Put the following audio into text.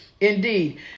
indeed